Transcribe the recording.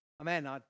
Amen